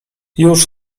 już